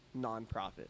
nonprofit